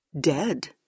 Dead